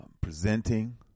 presenting